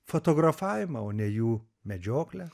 fotografavimą o ne jų medžioklę